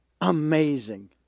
amazing